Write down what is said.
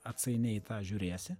atsainiai tą žiūrėsi